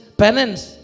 penance